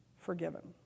forgiven